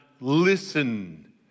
listen